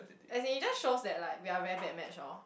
as in it just shows that like we are very bad match oh